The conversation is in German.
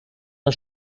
der